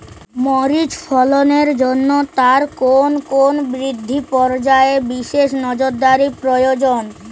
মরিচ ফলনের জন্য তার কোন কোন বৃদ্ধি পর্যায়ে বিশেষ নজরদারি প্রয়োজন?